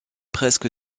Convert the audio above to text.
presque